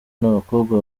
n’abakobwa